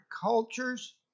cultures